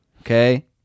Okay